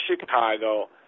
Chicago